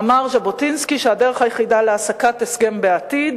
אמר ז'בוטינסקי שהדרך היחידה להשגת הסכם בעתיד